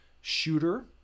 shooter